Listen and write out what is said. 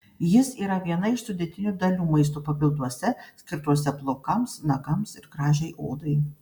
jis yra viena iš sudėtinių dalių maisto papilduose skirtuose plaukams nagams ir gražiai odai